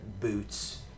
boots